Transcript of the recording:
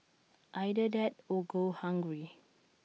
either that or go hungry